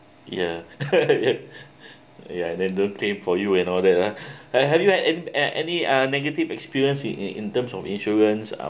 ya ya then don't play for you and all that ah uh have you uh had an~ any uh negative experience in in in terms of insurance um